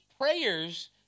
prayers